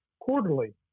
quarterly